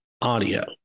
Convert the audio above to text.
audio